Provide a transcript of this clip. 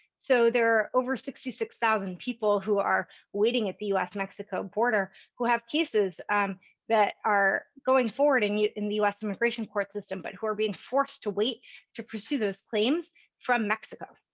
so there over sixty six thousand people who are waiting at the us-mexico border, who have cases that are going forward and in the us immigration court system but who are being forced to wait to pursue those claims from mexico.